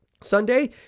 Sunday